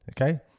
okay